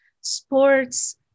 sports